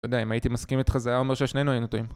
אתה יודע אם הייתי מסכים איתך זה היה אומר שהשנינו היינו טועים